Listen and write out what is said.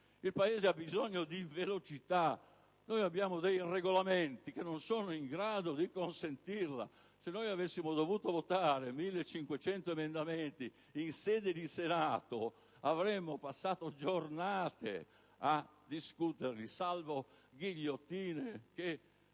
Il Paese ha bisogno di velocità, mentre abbiamo regolamenti che non sono in grado di consentirla. Se avessimo dovuto votare 1.500 emendamenti nell'Aula del Senato, avremmo passato giornate a discuterli, salvo ghigliottine che,